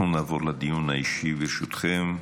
אנחנו נעבור לדיון האישי, ברשותכם.